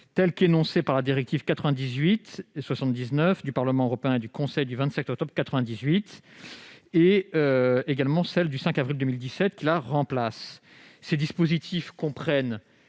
européen énoncées par la directive 98/79/CE du Parlement européen et du Conseil du 27 octobre 1998 ou par le règlement du 5 avril 2017 qui la remplace. Ces dispositifs comprennent